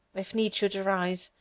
if need should arise,